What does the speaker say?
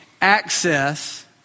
access